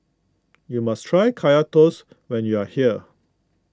you must try Kaya Toast when you are here